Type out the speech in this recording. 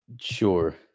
Sure